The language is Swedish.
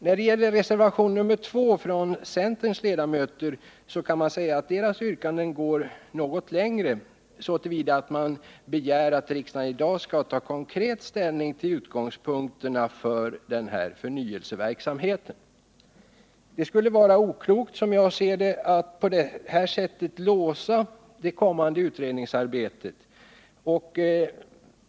När det gäller reservationen 2 från centerns ledamöter kan man säga att deras yrkanden går något längre, så till vida att de begär att riksdagen i dag skall ta konkret ställning till utgångspunkterna för förnyelseverksamheten. Det skulle, som jag ser det, vara oklokt att på det sättet låsa det kommande utredningsarbetet.